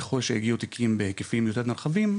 ככול שיגיעו תיקים בהקפים יותר נרחבים,